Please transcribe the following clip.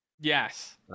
Yes